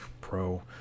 pro